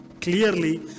clearly